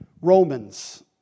Romans